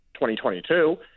2022